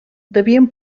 devien